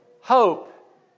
hope